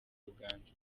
uganda